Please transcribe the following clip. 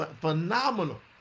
phenomenal